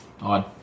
Odd